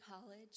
college